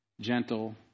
gentle